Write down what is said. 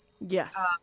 Yes